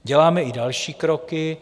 Děláme i další kroky.